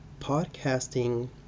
podcasting